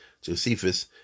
Josephus